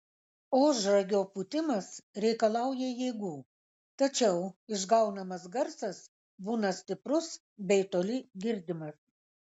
ožragio pūtimas reikalauja jėgų tačiau išgaunamas garsas būna stiprus bei toli girdimas